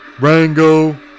Rango